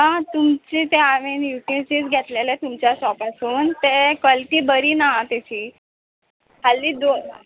आं तुमचे तें हांवें यू टीजीस घेतलेले तुमच्या शॉप आसून ते क्वॉलिटी बरी ना तेची खाल्ली दोन